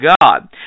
God